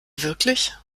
wirklich